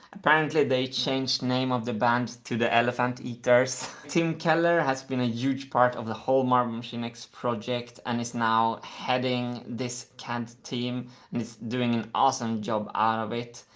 apparently, they changed name of the band to the elephant eaters. tim keller has been a huge part of the whole marble machine x project, and is now heading this cad team and is doing an awesome job out of it.